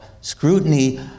scrutiny